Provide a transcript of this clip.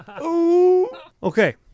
Okay